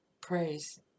praise